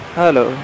hello